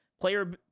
Player